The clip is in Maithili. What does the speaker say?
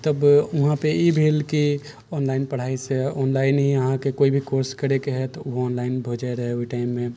तब वहाँपे ई भेल कि ऑनलाइन पढ़ाइसँ ऑनलाइन ही अहाँके कोइ भी कोर्स करैके है तऽ ऑनलाइन भऽ जाइ रहै ओहि टाइममे